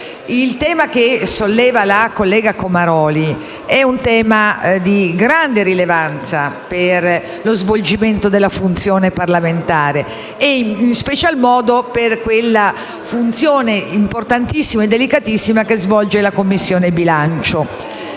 Il tema che ha sollevato la collega Comaroli è un tema di grande rilevanza per lo svolgimento della funzione parlamentare, in special modo per la funzione importantissima e delicatissima che svolge la Commissione bilancio.